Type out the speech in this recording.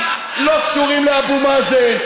לא קשורים לאבו מאזן.